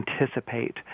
anticipate